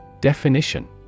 Definition